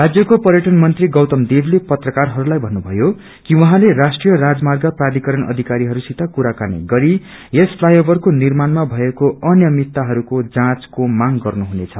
राज्यको पर्यटन मंत्री गौतम देवले पत्रकारहरू लाई भन्नुथयो कि उहाँले राष्ट्रिय राजर्माग प्राधिकारण अधिकारीहरूसित कुराकानी गरी यस फ्लाई ओभरको निर्माणमा भएको अनियमितताको जाँचको मांग हुनेछ